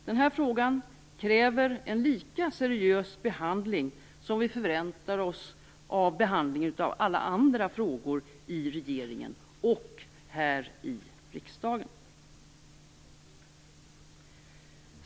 Den här frågan kräver en lika seriös behandling som vi förväntar oss av behandling av alla andra frågor i regeringen och här i riksdagen.